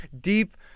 deep